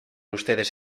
ustedes